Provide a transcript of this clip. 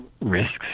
risks